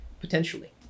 potentially